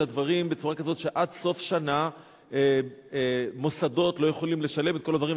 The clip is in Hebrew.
הדברים בצורה כזו שעד סוף שנה מוסדות לא יכולים לשלם וכל הדברים,